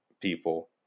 people